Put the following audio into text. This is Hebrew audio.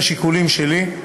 בשיקולים שלי,